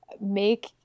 make